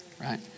right